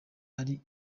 ari